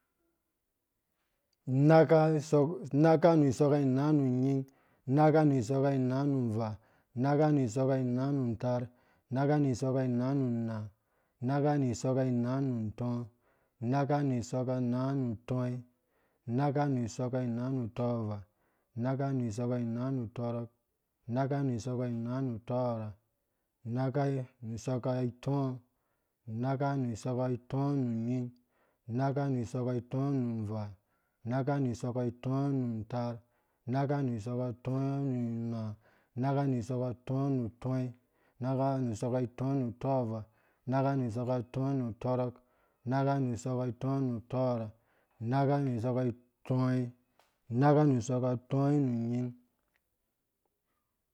Unakka suk, unakka nu isɔkka ina nu nying, unakka nu isɔkka n ina nu nvaa, unakka nu isɔkka ina nu ntaar, unakka nu isɔkka ina nu nna, unakka nu isɔkkaina nu ntɔɔ, unakka nu isɔkkaina nu utɔi, unakka nu isɔkka inaa nu utɔɔvaa, unakka ina nu utɔrɔk, unakka nu isɔkka ina nu utɔɔrha unakka nu siɔkka ina itɔɔ nu nying unakka nu isɔkka itɔɔ nu nvea, unakka nu isɔkka tɔɔ nu nna, unakka nu isɔkka itɔɔ nu ntɔi unakka nu isɔkka itɔɔ nu utɔɔvaa unakka nu isɔkka itɔɔ nu utɔrɔk unakka nu isɔkka itɔɔ nu utɔɔrha, unakka nu isɔkka tɔi